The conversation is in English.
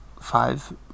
five